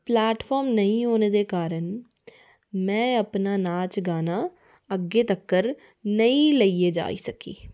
platform नेईं होने दा कारण में अपना नाच गाना अग्गें तक्क नेईं लेइयै जाई सकी